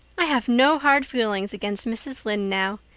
i have no hard feelings against mrs. lynde now.